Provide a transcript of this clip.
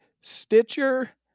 Stitcher